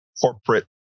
corporate